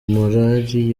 morali